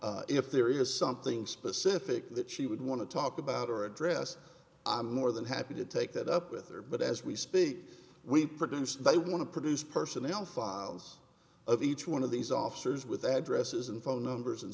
destroyed if there is something specific that she would want to talk about her address i'm more than happy to take that up with her but as we speak we produce they want to produce personnel files of each one of these officers with addresses and phone numbers and